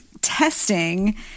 testing